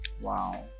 wow